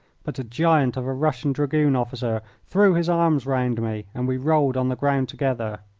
but a giant of a russian dragoon officer threw his arms round me and we rolled on the ground together.